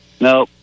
No